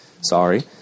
Sorry